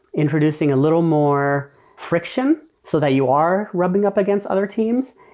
introducing a little more friction so that you are rubbing up against other teams,